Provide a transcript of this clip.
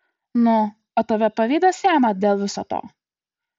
nu o tave pavydas jama dėl viso to